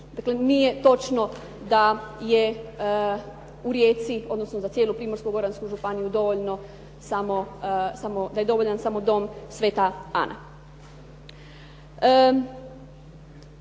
Dakle nije točno da je u Rijeci, odnosno za cijelu Primorsko-goransku županiju dovoljno samo da je dovoljan samo Dom sv. Ana.